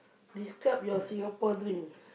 describe your Singapore dream